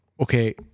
Okay